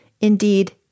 Indeed